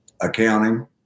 accounting